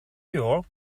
york